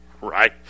Right